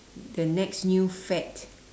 the next new fad